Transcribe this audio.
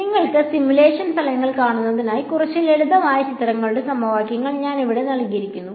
നിങ്ങൾക്ക് സിമുലേഷൻ ഫലങ്ങൾ കാണിക്കുന്നതിനായി കുറച്ച് ലളിതമായ ചിത്രങ്ങളുടെ സമവാക്യങ്ങൾ ഞാൻ ഇവിടെ നൽകിയിരിക്കുന്നു